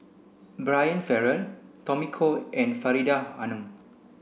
Brian Farrell Tommy Koh and Faridah Hanum